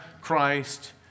Christ